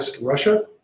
Russia